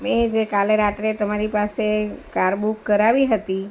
મેં જે કાલે રાત્રે તમારી પાસે કાર બુક કરાવી હતી